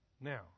Now